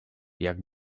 jak